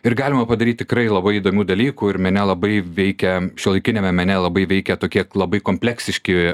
ir galima padaryti tikrai labai įdomių dalykų ir mane labai veikia šiuolaikiniame mene labai veikia tokie labai kompleksiški